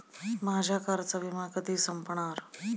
माझ्या कारचा विमा कधी संपणार